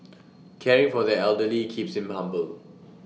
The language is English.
caring for the elderly keeps him humble